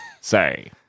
Say